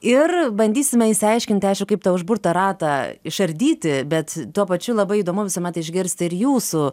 ir bandysime išsiaiškint aišku kaip tą užburtą ratą išardyti bet tuo pačiu labai įdomu visuomet išgirst ir jūsų